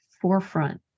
forefront